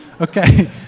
Okay